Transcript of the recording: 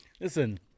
Listen